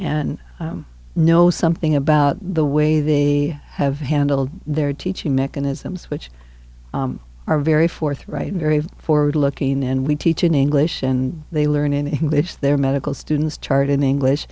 know something about the way they have handled their teaching mechanisms which are very forthright very forward looking and we teach in english and they learn in english their medical students chart in english